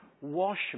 wash